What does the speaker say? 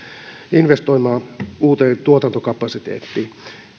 uuteen tuotantokapasiteettiin